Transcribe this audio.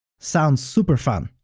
sounds super fun,